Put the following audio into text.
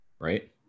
Right